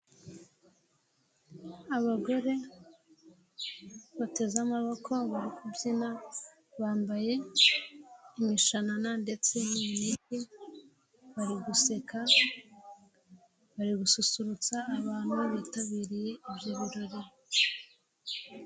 Abagore bateze amaboko bari kubyina bambaye imishanana ndetse n'urunigi bari guseka, bari gususurutsa abantu bitabiriye ibyo birori.